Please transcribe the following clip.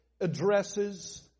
addresses